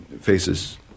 faces